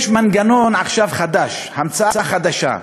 יש מנגנון חדש עכשיו, המצאה חדשה,